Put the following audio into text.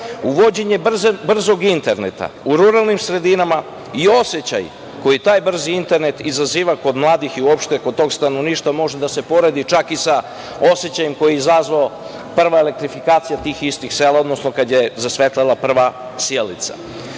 Uvođenje brzog interneta u ruralnim sredinama i osećaj koji taj brzi internet izaziva kod mladih i uopšte kod tog stanovništva može da se poredi čak i sa osećajem koji je izazvala prva elektrifikacija tih istih sela, odnosno kada je zasvetlela prva sijalica. Drugo,